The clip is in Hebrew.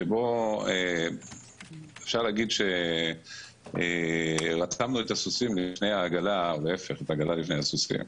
שאפשר להגיד שרתמנו את העגלה לפני הסוסים.